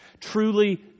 truly